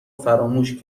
فراموش